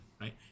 Right